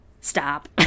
stop